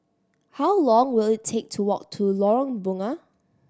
how long will it take to walk to Lorong Bunga